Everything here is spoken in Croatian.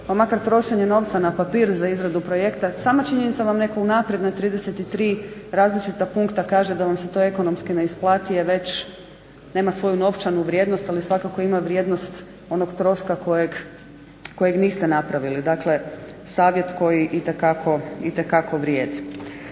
makar trošenje novca na papir za izradu projekta sama činjenica da vam netko unaprijed na 33 različita punkta kaže da vam se to ekonomski ne isplati je već nema svoju novčanu vrijednost ali svakako ima vrijednost onog troška kojeg niste napravili, dakle savjet koji itekako vrijedi.